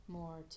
more